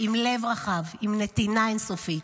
עם לב רחב, עם נתינה אין-סופית.